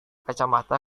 kacamata